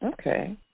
Okay